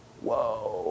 Whoa